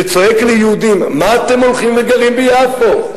וצועק ליהודים: מה אתם הולכים וגרים ביפו,